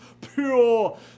Pure